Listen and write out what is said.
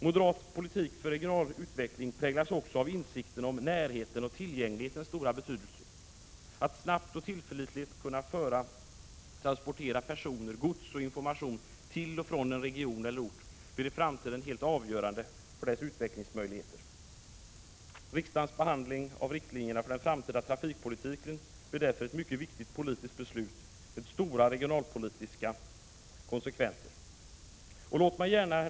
Moderat politik för regional utveckling präglas också av en insikt om närhetens och tillgänglighetens stora betydelse. Att man snabbt och tillförlitligt kan transportera personer, gods och information till och från en region eller ort blir i framtiden helt avgörande för dess utvecklingsmöjligheter. Riksdagens behandling av riktlinjerna för den framtida trafikpolitiken blir därför ett viktigt politiskt beslut med regionalpolitiska konsekvenser. Herr talman!